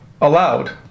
allowed